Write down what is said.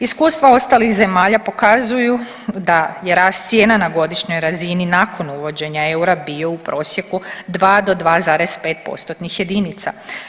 Iskustva ostalih zemalja pokazuju da je rast cijena na godišnjoj razini nakon uvođenja eura bio u prosjeku 2 do 2,5 postotnih jedinica.